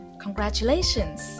congratulations